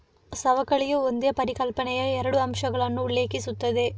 ಸವಕಳಿಯು ಒಂದೇ ಪರಿಕಲ್ಪನೆಯ ಎರಡು ಅಂಶಗಳನ್ನು ಉಲ್ಲೇಖಿಸುತ್ತದೆ